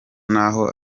naho